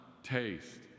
taste